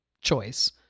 choice